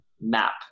map